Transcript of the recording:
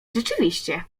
rzeczywiście